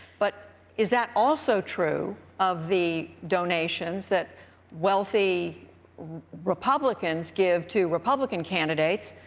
but is that also true of the donations that wealthy republicans give to republican candidates,